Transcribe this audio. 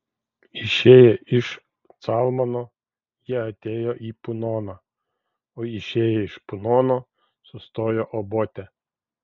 išėję iš calmono jie atėjo į punoną o išėję iš punono sustojo obote